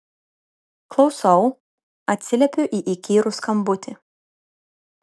klausau atsiliepiu į įkyrų skambutį